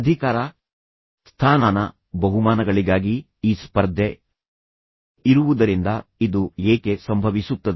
ಅಧಿಕಾರ ಸ್ಥಾನಮಾನ ಬಹುಮಾನಗಳಿಗಾಗಿ ಈ ಸ್ಪರ್ಧೆ ಇರುವುದರಿಂದ ಇದು ಏಕೆ ಸಂಭವಿಸುತ್ತದೆ